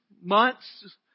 months